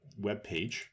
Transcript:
webpage